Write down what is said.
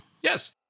Yes